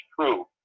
true